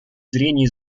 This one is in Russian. зрения